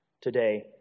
today